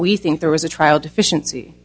we think there was a trial deficiency